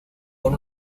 con